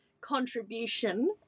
contribution